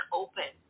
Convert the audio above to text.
open